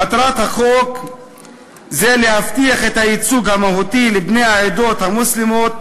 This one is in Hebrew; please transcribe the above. מטרת החוק היא להבטיח את הייצוג המהותי לבני העדות המוסלמית,